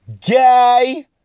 Gay